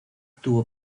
tuvo